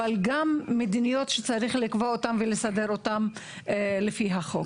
אבל גם מדיניות שצריך לקבוע אותן ולסדר אותן לפי החוק.